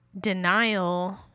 denial